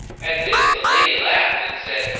at this the lady laughed and said,